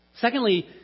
Secondly